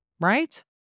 right